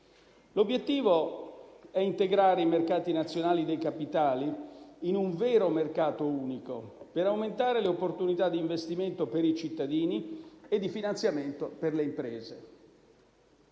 L'obiettivo è integrare i mercati nazionali dei capitali in un vero mercato unico per aumentare le opportunità di investimento per i cittadini e di finanziamento per le imprese.